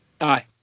Aye